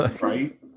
Right